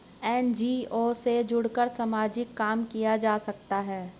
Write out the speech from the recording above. NGO से जुड़कर सामाजिक काम किया जा सकता है